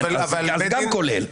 זה גם כולל.